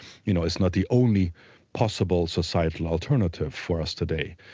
you know is not the only possible societal alternative for us today.